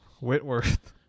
Whitworth